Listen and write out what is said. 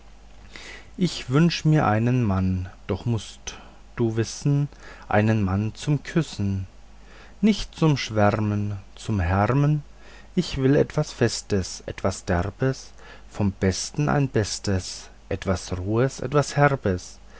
ich wünsch mir einen mann doch mußt du wissen einen mann zum küssen nicht zum schwärmen zum härmen ich will etwas festes etwas derbes vom besten ein bestes etwas rohes herbes